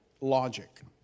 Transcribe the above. logic